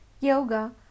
yoga